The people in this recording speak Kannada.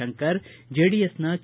ಶಂಕರ್ ಜೆಡಿಎಸ್ನ ಕೆ